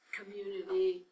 community